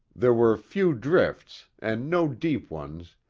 there were few drifts and no deep ones,